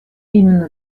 именно